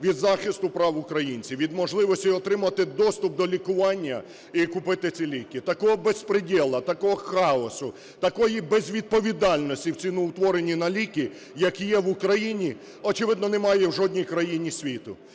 від захисту прав українців, від можливості отримувати доступ до лікування і купити ці ліки. Такого безпредєла, такого хаосу, такої безвідповідальності в ціноутворенні на ліки, як є в Україні, очевидно, немає в жодній країні світу,